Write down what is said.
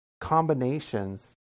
combinations